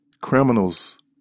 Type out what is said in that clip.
criminals